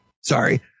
sorry